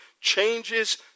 changes